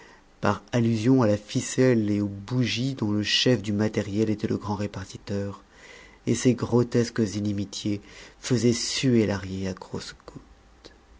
par allusion à la ficelle et aux bougies dont le chef du matériel était le grand répartiteur et ces grotesques inimitiés faisaient suer lahrier à grosses